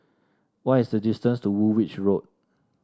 what is the distance to Woolwich Road